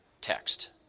text